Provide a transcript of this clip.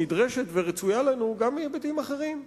נדרשת ורצויה לנו גם מהיבטים אחרים,